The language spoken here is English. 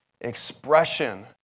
expression